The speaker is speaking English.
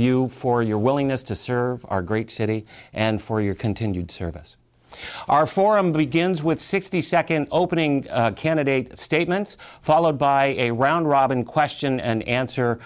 you for your willingness to serve our great city and for your continued service our forum begins with sixty second opening candidate statements followed by a round robin question and answer